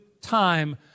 time